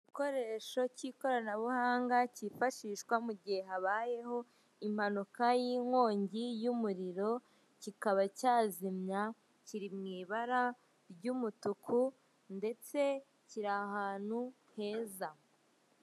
Igikoresho cy'ikoranabuhanga cyifashishwa mugihe habayeho impanuka y'inkongi y'umuriro kikaba cyazimya kiri mu ibara ry'umutuku ndetse kiri ahantu heza.